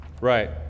Right